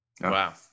Wow